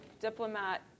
diplomat